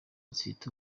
zifite